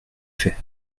faits